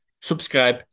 Subscribe